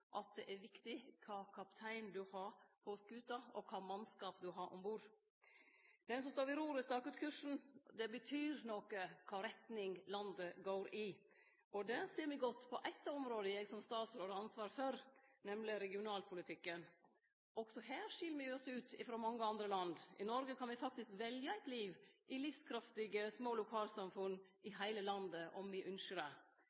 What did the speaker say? at det er viktig kva for kaptein du har på skuta, og kva for mannskap du har om bord. Den som står ved roret, stakar ut kursen, og det betyr noko kva retning landet går i. Det ser me godt på eit av områda eg som statsråd har ansvar for, nemleg regionalpolitikken. Også her skil me oss ut frå mange andre land. I Noreg kan me faktisk velje eit liv i livskraftige, små lokalsamfunn i heile landet, om me ynskjer det. Det